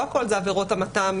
לא הכול אלה עבירות המתה,